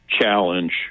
challenge